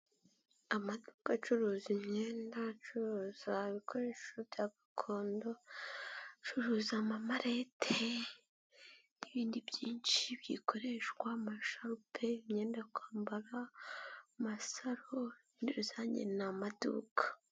Amaduka acuruza imyenda, acuruza ibikoresho bya gakondo, acuruza amamarete n'ibindi byinshi bikoreshwa amasharupe, imyenda kwambara, amasaro muri rusange ni amaduka.